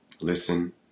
Listen